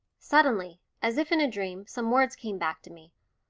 suddenly, as if in a dream, some words came back to me,